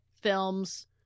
films